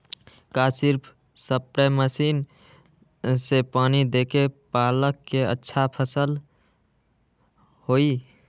का सिर्फ spray machine से पानी देके पालक के अच्छा फसल होई?